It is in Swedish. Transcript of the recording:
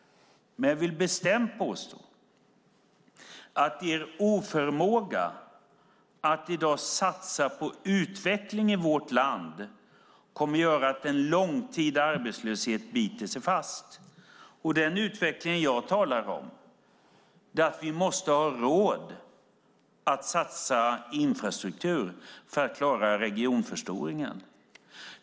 Men jag vill bestämt påstå att er oförmåga att i dag satsa på utveckling i vårt land kommer att göra att en långtida arbetslöshet biter sig fast. Den utveckling jag talar om är att vi måste ha råd att satsa i infrastruktur för att klara regionförstoringen.